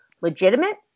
legitimate